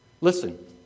Listen